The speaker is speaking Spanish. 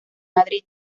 madrid